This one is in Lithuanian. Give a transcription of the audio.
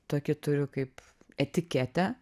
tokį turiu kaip etiketę